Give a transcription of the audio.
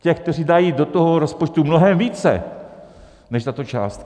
Těch, kteří dají do toho rozpočtu mnohem více, než je tato částka.